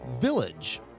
Village